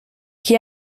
qui